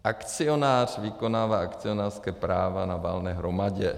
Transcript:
Akcionář vykonává akcionářská práva na valné hromadě.